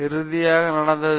இறுதியாக என்ன நடந்தது